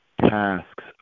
tasks